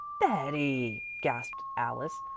betty! gasped alice.